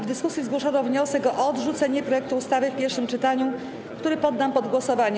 W dyskusji zgłoszono wniosek o odrzucenie projektu ustawy w pierwszym czytaniu, który poddam pod głosowanie.